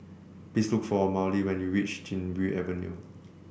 please look for Maudie when you reach Chin Bee Avenue